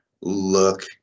look